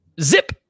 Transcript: zip